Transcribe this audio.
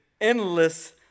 endless